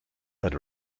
but